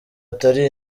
atari